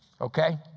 Okay